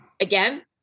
Again